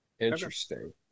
Interesting